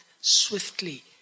swiftly